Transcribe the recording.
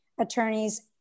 attorneys